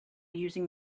using